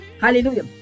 hallelujah